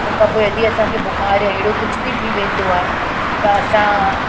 हुनखां पोइ यदी असांखे बुखार ऐं अहिड़ो कुझु बि थी वेंदो आहे त असां